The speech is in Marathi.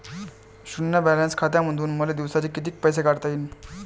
शुन्य बॅलन्स खात्यामंधून मले दिवसाले कितीक पैसे काढता येईन?